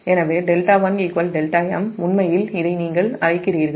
எனவே δ1 δm உண்மையில் இதை நீங்கள் அழைக்கிறீர்கள்